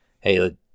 hey